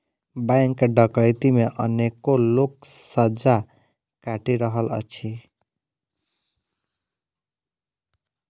bank डकैती मे अनेको लोक सजा काटि रहल अछि